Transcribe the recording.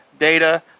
Data